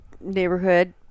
neighborhood